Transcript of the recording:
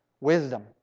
wisdom